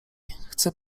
chcę